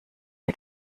dir